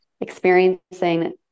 experiencing